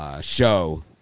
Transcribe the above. show